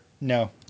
No